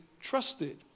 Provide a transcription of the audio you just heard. trusted